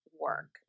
work